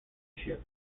ship